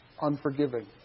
unforgiving